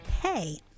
Hey